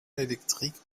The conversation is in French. électriques